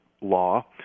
law